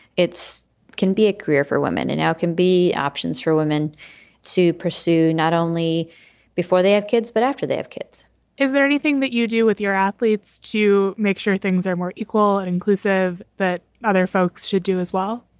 it's can be a career for women and now can be options for women to pursue not only before they have kids, but after they have kids is there anything that you do with your athletes to make sure things are more equal and inclusive that other folks should do as well?